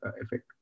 effect